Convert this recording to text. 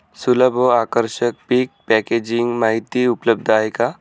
सुलभ व आकर्षक पीक पॅकेजिंग माहिती उपलब्ध आहे का?